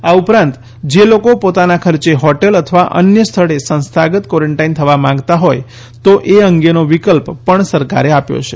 આ ઉપરાંત જે લોકો પોતાના ખર્ચે હોટેલ અથવા અન્ય સ્થળે સંસ્થાગત કવોરન્ટાઇન થવા માગતા હોય તો એ અંગેનો વિકલ્પ પણ સરકારે આપ્યો છે